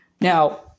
Now